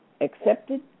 accepted